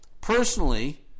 personally